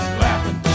laughing